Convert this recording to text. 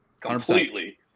completely